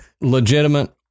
legitimate